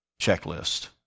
checklist